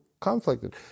conflicted